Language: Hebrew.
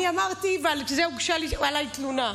אני אמרתי, ועל זה הוגשה עליי תלונה: